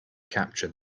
capture